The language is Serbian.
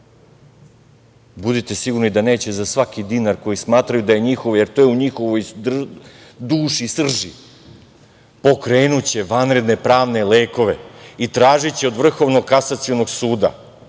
Budite sigurni da neće, za svaki dinar za koji smatraju da je njihov, jer to je u njihovoj duši i srži. Pokrenuće vanredne pravne lekove i tražiće od Vrhovnog kasacionog suda